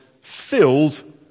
filled